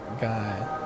guy